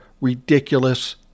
ridiculous